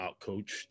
outcoached